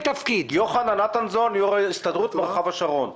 יושב-ראש ההסתדרות במרחב השרון.